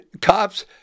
cops